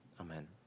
Amen